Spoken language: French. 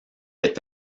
est